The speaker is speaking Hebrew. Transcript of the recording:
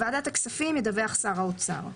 לוועדת הכספים ידווח שר האוצר.